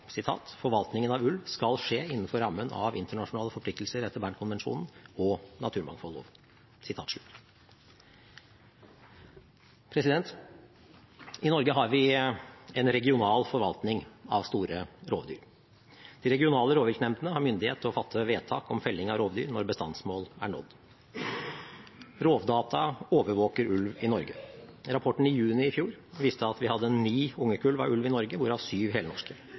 av ulv skal skje innenfor rammen av internasjonale forpliktelser etter Bernkonvensjonen og naturmangfoldloven». I Norge har vi en regional forvaltning av store rovdyr. De regionale rovviltnemndene har myndighet til å fatte vedtak om felling av rovdyr når bestandsmål er nådd. Rovdata overvåker ulv i Norge. Rapporten i juni i fjor viste at vi hadde ni ungekull av ulv i Norge, hvorav syv helnorske.